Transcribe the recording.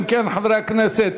אם כן, חברי הכנסת,